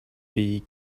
beak